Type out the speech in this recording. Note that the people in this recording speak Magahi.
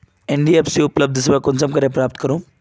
एन.बी.एफ.सी उपलब्ध सेवा कुंसम करे प्राप्त करूम?